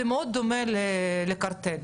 לא יחשפו את השמות שלהם, לא יתנו עדויות,